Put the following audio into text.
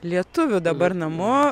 lietuvių dabar namu